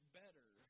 better